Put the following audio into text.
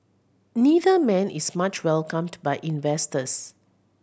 neither man is much welcomed by investors